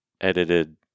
edited